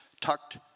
tucked